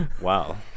Wow